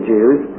Jews